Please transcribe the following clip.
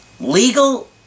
legal